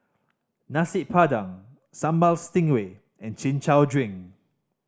Nasi Padang Sambal Stingray and Chin Chow drink